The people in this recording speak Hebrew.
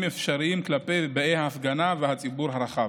אפשריים כלפי באי ההפגנה והציבור הרחב,